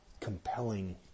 compelling